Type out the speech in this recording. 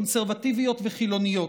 קונסרבטיביות וחילוניות,